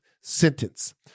sentence